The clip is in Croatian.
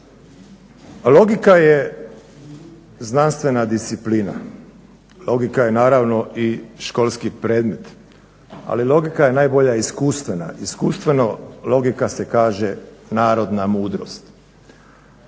Logika je znanstvena disciplina. Logika je naravno i školski predmet, ali logika je najbolja iskustvena. Iskustveno logika se kaže narodna mudrost.